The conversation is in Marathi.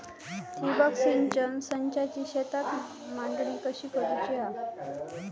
ठिबक सिंचन संचाची शेतात मांडणी कशी करुची हा?